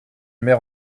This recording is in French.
maire